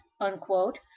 unquote